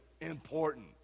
important